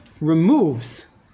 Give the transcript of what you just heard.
removes